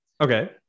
Okay